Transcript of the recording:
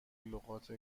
لغات